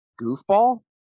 goofball